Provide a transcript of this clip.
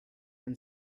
and